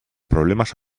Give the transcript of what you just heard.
problemas